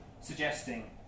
suggesting